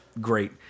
great